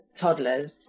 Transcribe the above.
toddlers